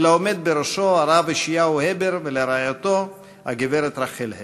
לעומד בראשו הרב ישעיהו הבר ולרעייתו הגברת רחל הבר.